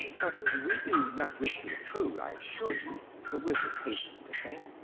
but we do not wish to intrude, i assure you, the wizard hastened to say.